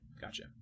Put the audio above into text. Gotcha